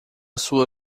sua